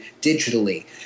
digitally